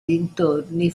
dintorni